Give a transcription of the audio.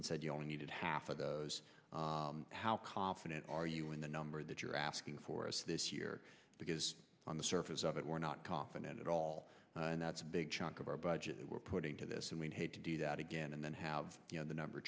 and said you only needed half of those how confident are are you in the number that you're asking for us this year because on the surface of it we're not confident at all and that's a big chunk of our budget were put into this and we've had to do that again and then have the number